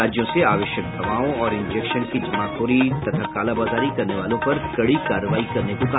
राज्यों से आवश्यक दवाओं और इंजेक्शन की जमाखोरी तथा कालाबाजारी करने वालों पर कडी कार्रवाई करने को कहा